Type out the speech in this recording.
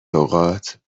اوقات